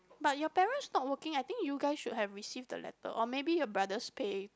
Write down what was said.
but your parents not working I think you guys should have received the letter or maybe your brother's pay